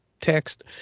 text